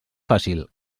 fàcil